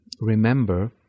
remember